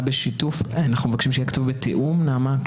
בשיתוף אנו מבקשים שיהיה כתוב בתיאום כי